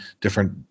different